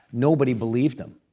nobody believed them.